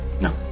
No